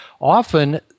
often